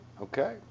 okay